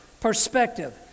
Perspective